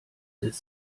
des